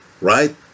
right